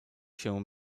się